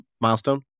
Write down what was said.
milestone